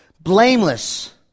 blameless